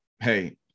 hey